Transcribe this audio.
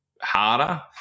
harder